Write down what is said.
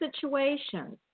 situations